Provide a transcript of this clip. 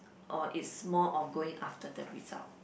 or is more on going after the result